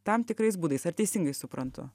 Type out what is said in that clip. tam tikrais būdais ar teisingai suprantu